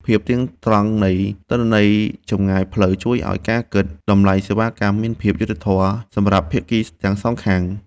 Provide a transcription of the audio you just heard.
ភាពទៀងត្រង់នៃទិន្នន័យចម្ងាយផ្លូវជួយឱ្យការគិតតម្លៃសេវាកម្មមានភាពយុត្តិធម៌សម្រាប់ភាគីទាំងសងខាង។